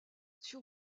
sur